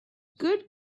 good